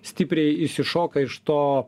stipriai išsišoka iš to